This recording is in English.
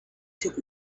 took